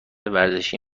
ورزشی